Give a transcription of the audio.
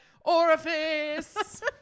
orifice